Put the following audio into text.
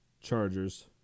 Chargers